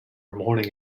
morning